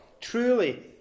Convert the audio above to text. truly